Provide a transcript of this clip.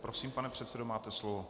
Prosím, pane předsedo, máte slovo.